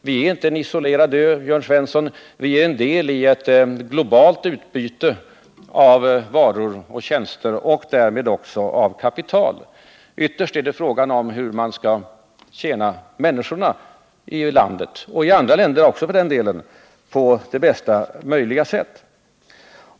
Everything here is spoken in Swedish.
Vi är inte en isolerad ö, Jörn Svensson, vi är en del i ett globalt utbyte av varor och tjänster och därmed också av kapital. Ytterst är det fråga om hur man skall tjäna människorna i landet — och i andra länder också för den delen — på bästa möjliga sätt.